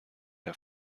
der